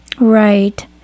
Right